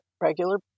regular